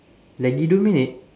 lagi dua minit